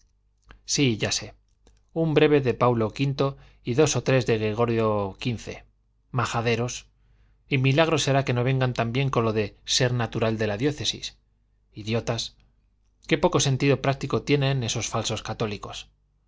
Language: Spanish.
sí ya sé un breve de paulo v y dos o tres de gregorio xv majaderos y milagro será que no vengan también con lo de ser natural de la diócesis idiotas qué poco sentido práctico tienen esos falsos católicos